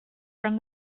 from